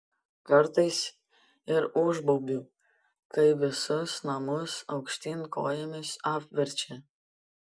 kartais ir užbaubiu kai visus namus aukštyn kojomis apverčia